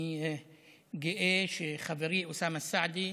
אני גאה שחברי אוסאמה סעדי,